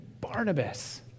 Barnabas